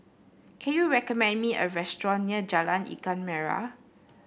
can you recommend me a restaurant near Jalan Ikan Merah